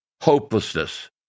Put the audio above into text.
hopelessness